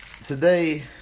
today